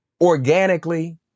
organically